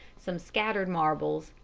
some scattered marbles,